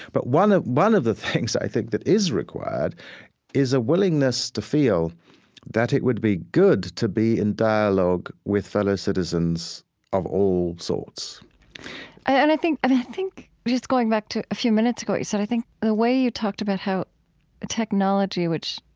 but one ah one of the things i think that is required is a willingness to feel that it would be good to be in dialogue with fellow citizens of all sorts and i think and i think just going back to a few minutes ago, what you said i think the way you talked about how technology, which,